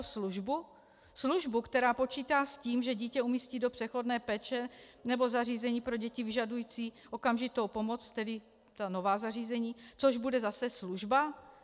Službu, která počítá s tím, že dítě umístí do přechodné péče nebo zařízení pro děti vyžadující okamžitou pomoc, tedy ta nová zařízení, což bude zase služba.